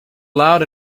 loud